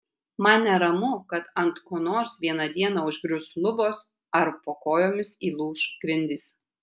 man neramu kad ant ko nors vieną dieną užgrius lubos ar po kojomis įlūš grindys